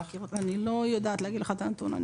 אני לא יודעת להגיד לך את הנתון,